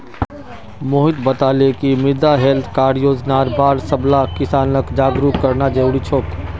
मोहित बताले कि मृदा हैल्थ कार्ड योजनार बार सबला किसानक जागरूक करना जरूरी छोक